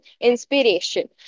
inspiration